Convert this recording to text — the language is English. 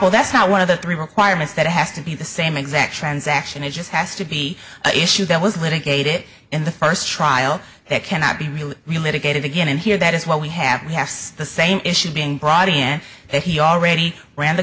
all that's not one of the three requirements that it has to be the same exact transaction it just has to be the issue that was litigated in the first trial that cannot be really related to begin and here that is what we have we have the same issue being brought in that he already ran the